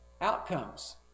outcomes